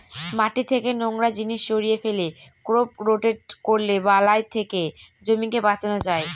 মাটি থেকে নোংরা জিনিস সরিয়ে ফেলে, ক্রপ রোটেট করলে বালাই থেকে জমিকে বাঁচানো যায়